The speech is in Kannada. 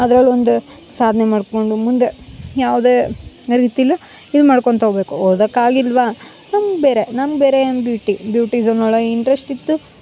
ಅದ್ರಲ್ಲಿ ಒಂದು ಸಾಧನೆ ಮಾಡ್ಕೊಂಡು ಮುಂದೆ ಯಾವುದೇ ರೀತೀಲು ಇದು ಮಾಡ್ಕೊಳ್ತಾ ಹೋಬೇಕು ಓದಕಾಗಿಲ್ವ ನಮ್ಮ ಬೇರೆ ನಮ್ಗ ಬೇರೆ ಏನು ಬ್ಯೂಟಿ ಬ್ಯೂಟಿಸಮ್ ಒಳಗ ಇಂಟ್ರೆಸ್ಟ್ ಇತ್ತು